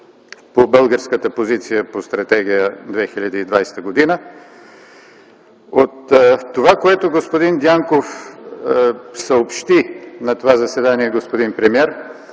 по българската позиция по Стратегия 2020. От това, което господин Дянков съобщи на това заседание, господин премиер,